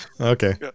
Okay